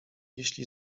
jeśli